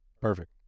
Perfect